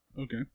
Okay